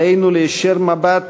עלינו להישיר מבט